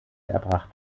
erbracht